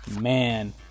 Man